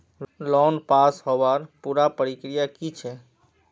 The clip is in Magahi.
लोन पास होबार पुरा प्रक्रिया की छे?